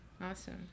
Awesome